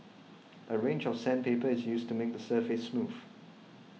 a range of sandpaper is used to make the surface smooth